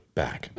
back